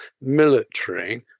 military